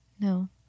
No